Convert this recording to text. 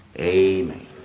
Amen